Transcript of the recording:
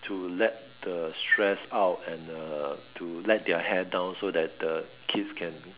to let the stress out and uh to let their hair down so that the kids can